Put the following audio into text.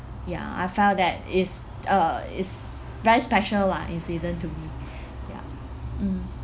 ya I felt that it's uh it's very special lah incident to me ya